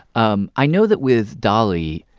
um i know that with dolly